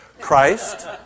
Christ